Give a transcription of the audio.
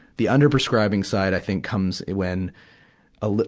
the under-prescribing side, i think, comes when a lit,